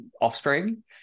offspring